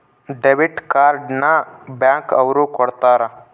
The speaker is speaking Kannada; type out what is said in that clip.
ಡೆಬಿಟ್ ಕಾರ್ಡ್ ನ ಬ್ಯಾಂಕ್ ಅವ್ರು ಕೊಡ್ತಾರ